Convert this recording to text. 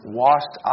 washed